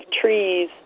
trees